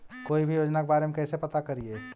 कोई भी योजना के बारे में कैसे पता करिए?